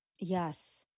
Yes